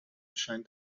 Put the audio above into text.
scheint